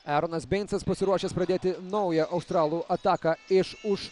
eronas beincas pasiruošęs pradėti naują australų ataką iš už